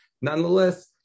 nonetheless